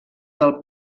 del